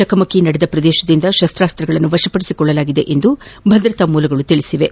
ಚಕಮಕಿ ನಡೆದ ಪ್ರದೇಶದಿಂದ ಶಸ್ತಾಸ್ತಗಳನ್ನು ವಶಪಡಿಸಿಕೊಳ್ಳಲಾಗಿದೆ ಎಂದು ಭದ್ರತಾ ಮೂಲಗಳು ತಿಳಿಸಿವೆ